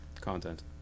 Content